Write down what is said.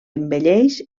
envelleix